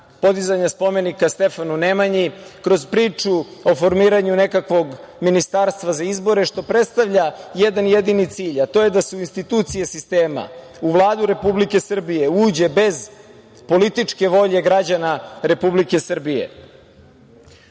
podizanja spomenika Stefanu Nemanji, kroz priču o formiranju nekakvog ministarstva za izbore, što predstavlja jedan jedini cilj, a to je da se u institucije sistema, u Vladu Republike Srbije, uđe bez političke volje građana Republike Srbije,